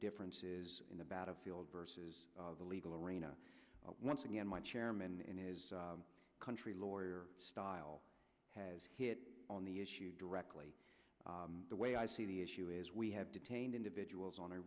differences in the battlefield versus the legal arena once again my chairman is a country lawyer style has hit on the issue directly the way i see the issue is we have detained individuals on